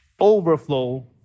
overflow